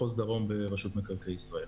ברשות מקרקעי ישראל.